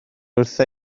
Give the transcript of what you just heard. wrtha